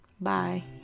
bye